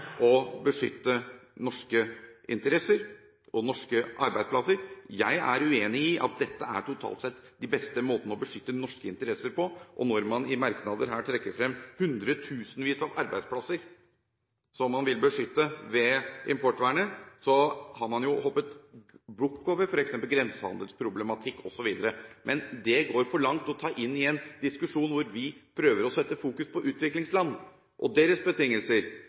å beskytte norske interesser og norske arbeidsplasser. Jeg er uenig i at dette totalt sett er de beste måtene å beskytte norske interesser på, og når man i merknader her trekker frem hundretusenvis av arbeidsplasser som man vil beskytte ved importvernet, har man jo hoppet bukk over f.eks. grensehandelsproblematikk osv. Det går for langt å ta det inn i en diskusjon hvor vi prøver å sette fokus på utviklingsland og deres betingelser,